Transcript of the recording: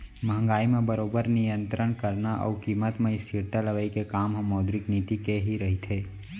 महंगाई म बरोबर नियंतरन करना अउ कीमत म स्थिरता लवई के काम ह मौद्रिक नीति के ही रहिथे